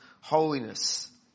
holiness